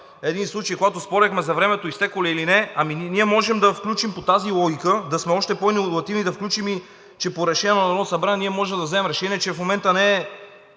един случай, когато спорехме за времето изтекло ли е или не е. Ние можем да включим по тази логика – да сме още по иновативни и да включим, че по решение на Народното събрание ние може да вземем решение, че в момента не е